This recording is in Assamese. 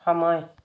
সময়